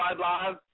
Live